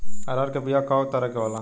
अरहर के बिया कौ तरह के होला?